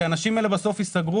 האנשים האלה בקריסה,